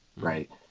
Right